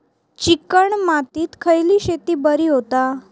Chicken मातीत खयली शेती बरी होता?